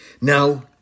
Now